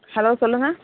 hello சொல்லுங்க